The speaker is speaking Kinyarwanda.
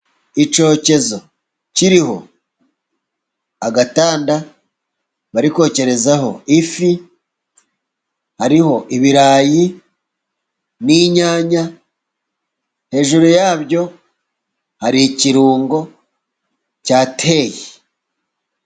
Icyokezo kiriho agatanda bari kokerezaho ifi, hariho ibirayi n'inyanya, hejuru yabyo hari ikirungo cya teyi.